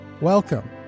Welcome